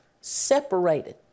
separated